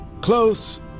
Close